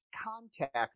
Contact